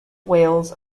wales